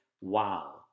wow